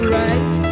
right